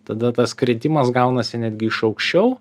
tada tas kritimas gaunasi netgi iš aukščiau